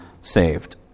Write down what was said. saved